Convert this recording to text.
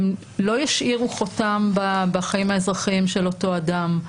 הם לא ישאירו חותם בחיים האזרחיים של אותו אדם.